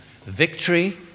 Victory